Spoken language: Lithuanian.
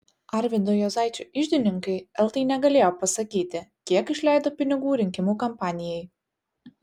arvydo juozaičio iždininkai eltai negalėjo pasakyti kiek išleido pinigų rinkimų kampanijai